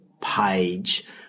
page